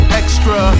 extra